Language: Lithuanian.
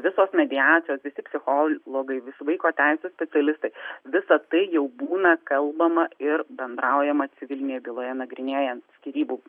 visos mediacijos visi psichologai visi vaiko teisių specialistai visa tai jau būna kalbama ir bendraujama civilinėje byloje nagrinėjant skyrybų